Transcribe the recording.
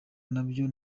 nabyo